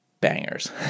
bangers